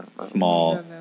small